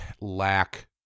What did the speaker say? lack